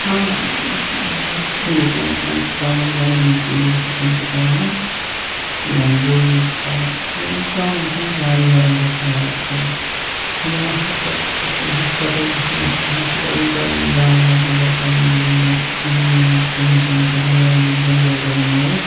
ہاں یِم أسۍ گُپن وُپَن چھِ پالان گَرَس مَنٛز تیٖر گُپَن چھِ پالان یا گُرۍ وُرۍ چھِ پالان یِمَن چھِ پیٚوان اِنسانَس واریَہو رَنٛگو خَیال تھاوُن یِمَن ہِنٛد خٲطرٕ چھِ صُبحَس پیٹھَے وٕچھان أسۍ صُبحَس چھِ گۄڈٕ یِم پیٚوان گانہٕ مَنٛز نیٚبَر کَڑٕنۍ یُس زَن یِمَن گُپَن مَکان چھُ آسان بَنٲیِتھ گُپَن جاے چھِ آسان بَنٲیِتھ